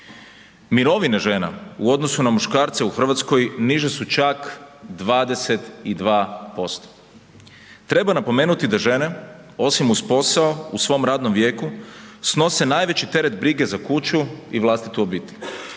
Mirovine žena u odnosu na muškarce u Hrvatskoj niže su čak 22%. Treba napomenuti da žene osim uz posao u svom radnom vijeku snose najveći teret brige za kuću i vlastitu obitelj.